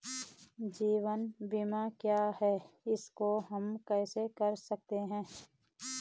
जीवन बीमा क्या है इसको हम कैसे कर सकते हैं?